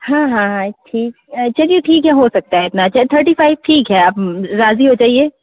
हाँ हाँ ठीक चलिए ठीक है हो सकता है इतना तो थर्टी फाइप ठीक है आप राजी हो जाईए